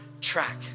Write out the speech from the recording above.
track